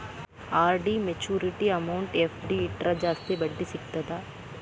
RD maturity amount FD ಇಟ್ರ ಜಾಸ್ತಿ ಬಡ್ಡಿ ಸಿಗತ್ತಾ